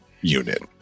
unit